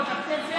יושב-ראש הכנסת,